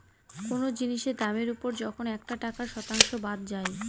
কোনো জিনিসের দামের ওপর যখন একটা টাকার শতাংশ বাদ যায়